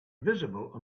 visible